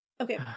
Okay